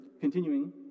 continuing